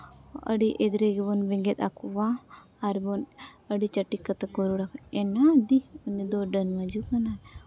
ᱟᱹᱰᱤ ᱮᱫᱽᱨᱮ ᱜᱮᱵᱚᱱ ᱵᱮᱸᱜᱮᱫ ᱟᱠᱚᱣᱟ ᱟᱨᱵᱚᱱ ᱟᱹᱰᱤ ᱪᱟᱹᱴᱤ ᱠᱟᱛᱮ ᱠᱚ ᱨᱚᱲᱟ ᱮᱱᱟ ᱫᱤ ᱱᱩᱭᱫᱚ ᱰᱟᱹᱱ ᱢᱟᱹᱭᱡᱩ ᱠᱟᱱᱟᱭ